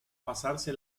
pasarse